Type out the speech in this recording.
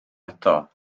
eto